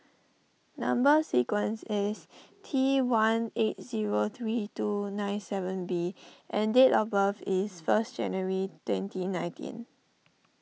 Number Sequence is T one eight zero three two nine seven B and date of birth is first January twenty nineteen